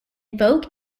vogue